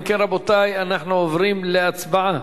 אם כן, רבותי, אנחנו עוברים להצבעה,